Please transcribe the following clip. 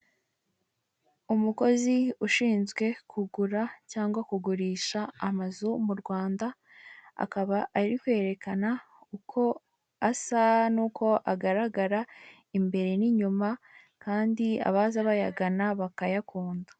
Umukozi ushinzwe kugura cyangwa kugurisha amazu mu Rwanda akaba ari kwerekana uko asa n'uko agaragara imbere n'inyuma kandi abaza bayagana bakayakunda.